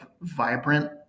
vibrant